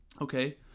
okay